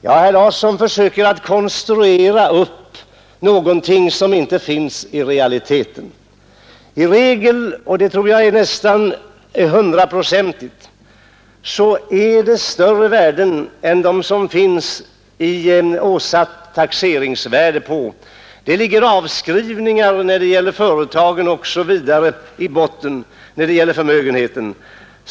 Ja, herr Larsson försöker konstruera upp någonting som inte finns i realiteten. Det rör sig nästan hundraprocentigt om större värden än åsatt taxeringsvärde — det ligger avskrivningar för företagen osv. i botten när det gäller förmögenheten.